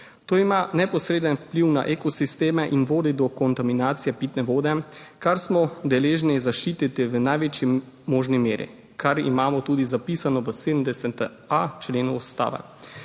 To ima neposreden vpliv na ekosisteme in vodi do kontaminacije pitne vode, kar smo deležni zaščititi v največji možni meri, kar imamo tudi zapisano v 70.a členu Ustave.